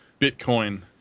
Bitcoin